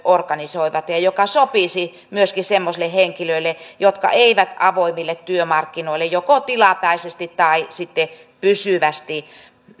organisoivat ja joka sopisi myöskin semmoisille henkilöille jotka eivät avoimille työmarkkinoille joko tilapäisesti tai sitten pysyvästi